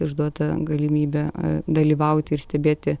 išduota galimybė dalyvauti ir stebėti